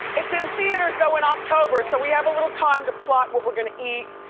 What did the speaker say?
it's in theaters though in october so we have a little time to plot what we're gonna eat,